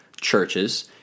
churches